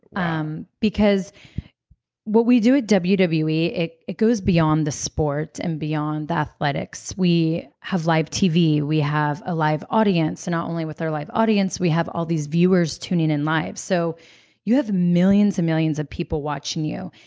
um because what we do at wwe, it it goes beyond the sport and beyond the athletics. we have live tv. we have a live audience, and not only with our live audience, we have all these viewers tuning in live. so you have millions of millions of people watching you,